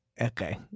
Okay